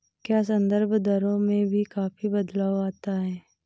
क्या संदर्भ दरों में भी काफी बदलाव आता है?